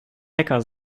hacker